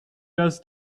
das